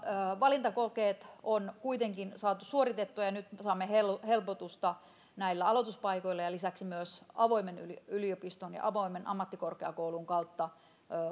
valintakokeet on kuitenkin saatu suoritettua ja nyt me saamme helpotusta näillä aloituspaikoilla lisäksi myös avoimen yliopiston ja avoimen ammattikorkeakoulun kautta